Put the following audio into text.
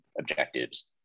objectives